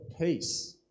peace